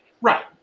Right